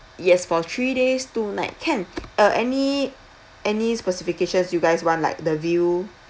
yes for three days two night can uh any any specifications you guys want like the view